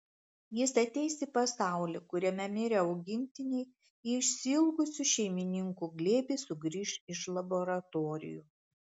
jis ateis į pasaulį kuriame mirę augintiniai į išsiilgusių šeimininkų glėbį sugrįš iš laboratorijų